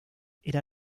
era